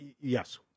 Yes